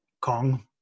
Kong